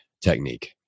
technique